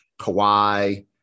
Kawhi